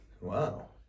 Wow